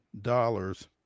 dollars